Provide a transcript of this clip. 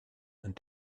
and